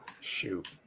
Shoot